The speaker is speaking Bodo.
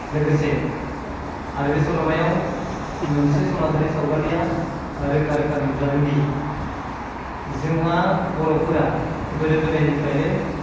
लोगोसे आरो बे सल'मायाव मोनसे समाजारि सावगारिया रोखा रोखा नुजादोंदि जोंहा बर'फोरा गोदो गोदायनिफ्रायनो